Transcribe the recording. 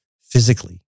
physically